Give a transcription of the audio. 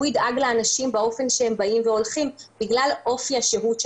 ידאג לאנשים באופן שהם באים והולכים בגלל אופי השהות שלהם במקום.